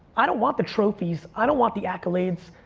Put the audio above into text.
i don't want the trophies, i don't want the accolades,